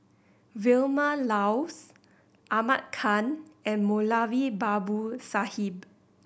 Vilma Laus Ahmad Khan and Moulavi Babu Sahib